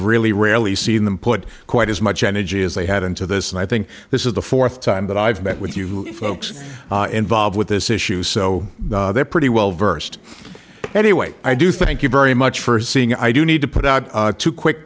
really rarely seen them put quite as much energy as they had into this and i think this is the fourth time that i've met with you folks involved with this issue so they're pretty well versed anyway i do thank you very much for seeing i do need to put out two quick